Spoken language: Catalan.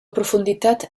profunditat